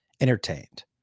entertained